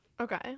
Okay